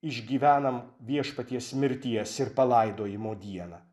išgyvenam viešpaties mirties ir palaidojimo dieną